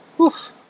Oof